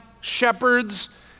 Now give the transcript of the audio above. shepherds